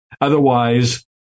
Otherwise